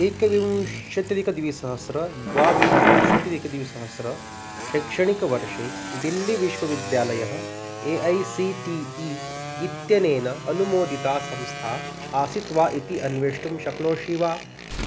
एकविंशत्यदिकद्विसहस्रं द्वाविंशत्यधिकद्विसहस्रतमे शैक्षणिकवर्षे दिल्लिविश्वविद्यालयः A I C T E इत्यनेन अनुमोदिता संस्था आसीत् वा इति अन्वेष्टुं शक्नोषि वा